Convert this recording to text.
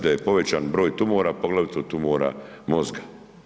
Da je povećan broj tumora, poglavito tumora mozga.